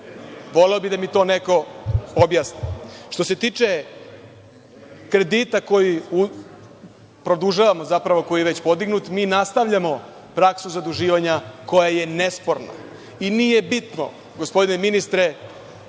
Voleo bih da mi to neko objasni. Što se tiče kredita koji produžavamo, zapravo, koji je već podignut, mi nastavljamo praksu zaduživanja, koja je nesporna. I nije bitno, gospodine ministre,